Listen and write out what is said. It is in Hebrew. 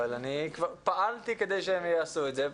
אבל אני כבר פעלתי כדי שהם יעשו את זה.